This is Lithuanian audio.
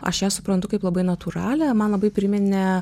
aš ją suprantu kaip labai natūralią man labai priminė